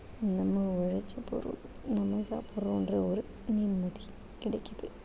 நம்ம விளைவிச்ச பொருள் நம்ம சாப்பிட்றோன்ற ஒரு நிம்மதி கிடைக்குது